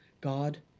God